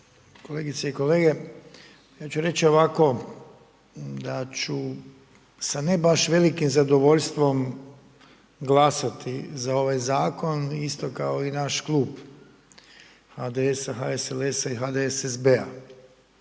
kolegice i kolege. Ja ću reć ovako, da ću sa ne baš velikim zadovoljstvom glasati za ovaj Zakon, isto kao i naš Klub HDS-a, HSLS-a i HDSSB-a.